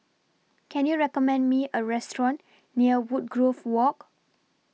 Can YOU recommend Me A Restaurant near Woodgrove Walk